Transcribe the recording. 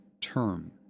term